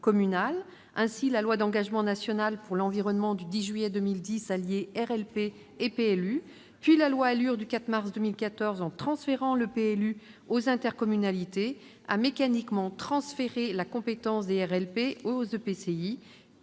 portant engagement national pour l'environnement a lié RLP et PLU, puis la loi ALUR du 24 mars 2014, en transférant le PLU aux intercommunalités, a mécaniquement transféré la compétence des RLP aux EPCI.